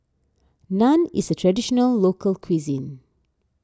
Naan is a Traditional Local Cuisine